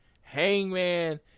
Hangman